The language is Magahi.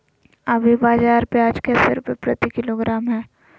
अभी बाजार प्याज कैसे रुपए प्रति किलोग्राम है?